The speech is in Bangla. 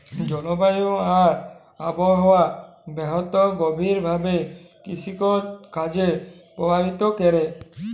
জলবায়ু আর আবহাওয়া বহুত গভীর ভাবে কিরসিকাজকে পরভাবিত ক্যরে